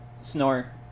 snore